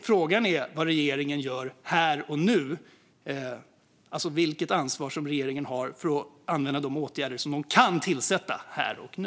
Frågan är vad regeringen gör här och nu, alltså vilket ansvar som regeringen har för att använda de åtgärder som man kan vidta här och nu.